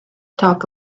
talk